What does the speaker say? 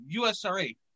USRA